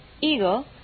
Eagle